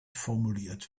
formuliert